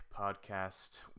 podcast